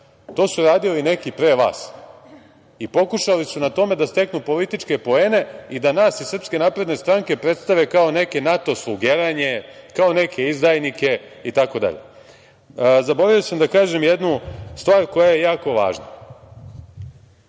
To su radili neki pre vas i pokušali su na tome da steknu političke poene i da nas iz Srpske napredne stranke prestave kao neke NATO slugeranje, kao neke izdajnike itd. Zaboravio sam da kažem jednu stvar koja je jako važna.